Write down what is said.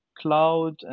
cloud